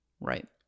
right